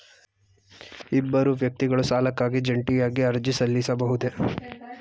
ಇಬ್ಬರು ವ್ಯಕ್ತಿಗಳು ಸಾಲಕ್ಕಾಗಿ ಜಂಟಿಯಾಗಿ ಅರ್ಜಿ ಸಲ್ಲಿಸಬಹುದೇ?